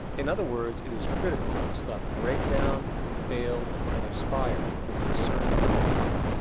in other words, it is critical that stuff break down, fail and expire within a certain amount of time.